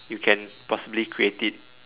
you can possibly create it